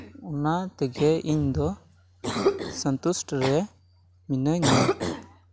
ᱚᱱᱟ ᱛᱮᱜᱮ ᱤᱧ ᱫᱚ ᱥᱚᱱᱛᱩᱥᱴ ᱨᱮ ᱢᱤᱱᱟᱹᱧᱟ